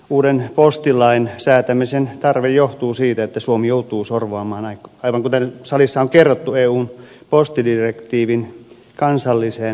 uuden postilain säätämisen tarve johtuu siitä että suomi joutuu sorvaamaan aivan kuten salissa on kerrottua eun postidirektiivin kansalliseen lainsäädäntöön